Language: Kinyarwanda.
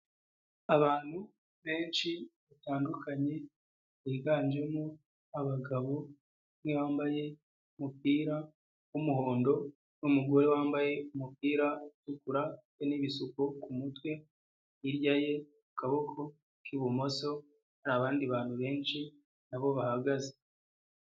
Abantu benshi batandukanye, biganjemo abagabo bamwe bambaye umupira w'umuhondo, numugore wambaye umupira utukura ufite n'ibisuko kumutwe, hirya ye kaboko k'ibumoso, ni abandi bantu benshi nabo bahagaze.